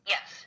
Yes